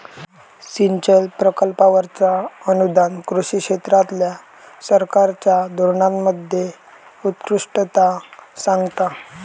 सिंचन प्रकल्पांवरचा अनुदान कृषी क्षेत्रातल्या सरकारच्या धोरणांमध्ये उत्कृष्टता सांगता